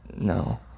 No